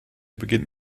beginnt